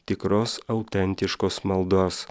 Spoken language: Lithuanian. tikros autentiškos maldos